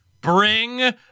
bring